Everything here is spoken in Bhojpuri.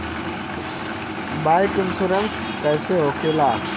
बाईक इन्शुरन्स कैसे होखे ला?